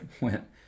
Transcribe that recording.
went